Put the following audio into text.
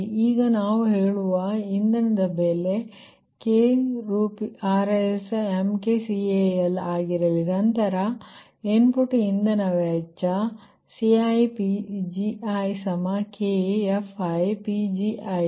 ಈಗ ನಾವು ಹೇಳುವ ಇಂಧನದ ಬೆಲೆ k RsMkCal ಆಗಿರಲಿ ನಂತರ ಇನ್ಪುಟ್ ಇಂಧನ ವೆಚ್ಚ CiPgik FiPgikPgi